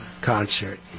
concert